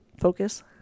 Focus